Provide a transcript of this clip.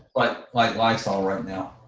but like lysol right now.